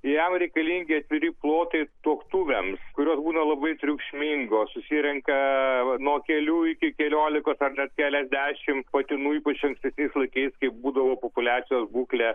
jam reikalingi atviri plotai tuoktuvėms kurios būna labai triukšmingos susirenka nuo kelių iki keliolikos ar net keliasdešimt patinų ypač ankstesniais laikais kai būdavo populiacijos būklė